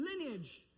lineage